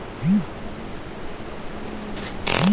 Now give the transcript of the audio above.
गरमी में पियाज खइला से लू ना लागेला